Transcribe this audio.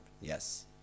Yes